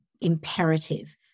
imperative